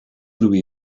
louis